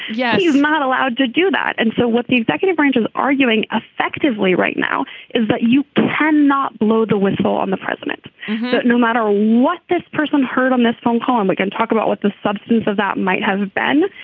yes. he's not allowed to do that. and so what the executive branch is arguing effectively right now is that you can not blow the whistle on the president but no matter what this person heard on this phone call and we can talk about what the substance of that might have been.